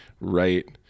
right